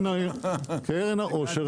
אני חושב